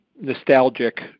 nostalgic